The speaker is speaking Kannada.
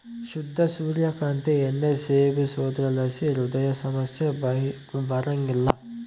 ಶುದ್ಧ ಸೂರ್ಯ ಕಾಂತಿ ಎಣ್ಣೆ ಸೇವಿಸೋದ್ರಲಾಸಿ ಹೃದಯ ಸಮಸ್ಯೆ ಬರಂಗಿಲ್ಲ